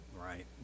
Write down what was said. right